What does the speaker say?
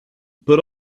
put